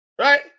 right